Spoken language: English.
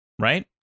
Right